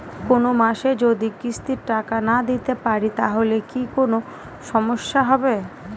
কোনমাসে যদি কিস্তির টাকা না দিতে পারি তাহলে কি কোন সমস্যা হবে?